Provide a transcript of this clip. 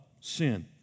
sin